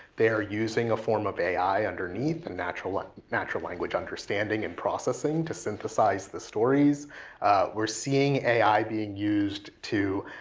they're using a form of ai underneath, and a like natural language understanding and processing, to synthesize the stories we're seeing ai being used to